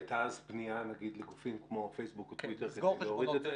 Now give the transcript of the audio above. הייתה אז פנייה לגופים כמו פייסבוק וטוויטר להוריד את זה?